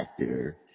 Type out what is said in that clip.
actor